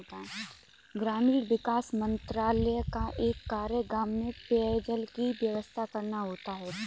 ग्रामीण विकास मंत्रालय का एक कार्य गांव में पेयजल की व्यवस्था करना होता है